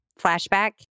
flashback